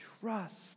trust